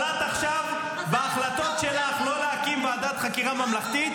-- אבל את עכשיו בהחלטות שלך לא להקים ועדת חקירה ממלכתית,